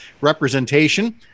representation